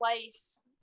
place